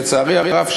לצערי הרב,